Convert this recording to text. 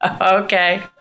Okay